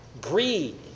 Greed